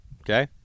Okay